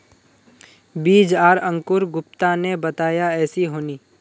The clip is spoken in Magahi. बीज आर अंकूर गुप्ता ने बताया ऐसी होनी?